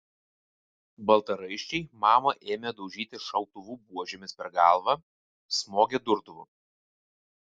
baltaraiščiai mamą ėmė daužyti šautuvų buožėmis per galvą smogė durtuvu